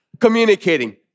communicating